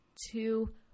two